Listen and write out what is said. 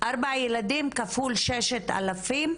ארבעה ילדים כפול 6,000,